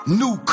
new